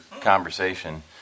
conversation